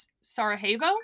Sarajevo